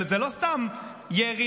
וזה לא סתם ירי